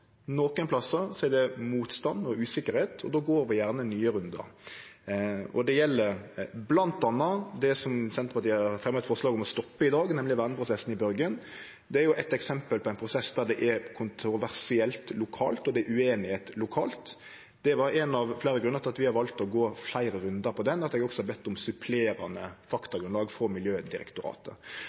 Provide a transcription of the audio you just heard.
plassar er det motstand og usikkerhet. Da går vi gjerne nye rundar, og det gjeld bl.a. det som Senterpartiet fremjar forslag om å stoppe i dag, nemlig verneprosessen i Børgin. Det er eit døme på ein prosess der det er kontroversielt lokalt og ueinighet lokalt. Det var ein av fleire grunnar til at vi valde å gå fleire rundar på den. Eg har også bedt om supplerande faktagrunnlag frå Miljødirektoratet. At det ikkje skal vere lytta til lokale krefter i slike prosessar, har eg vanskeleg for